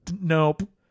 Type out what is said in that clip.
Nope